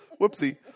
Whoopsie